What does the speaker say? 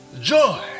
Joy